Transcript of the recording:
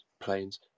planes